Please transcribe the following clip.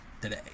today